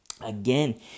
Again